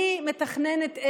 אני מתכננת,